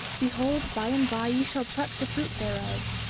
behold, by and by ye shall pluck the fruit thereof,